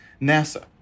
NASA